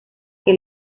que